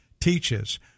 teaches